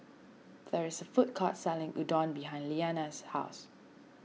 there is a food court selling Udon behind Lilyana's house